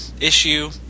issue –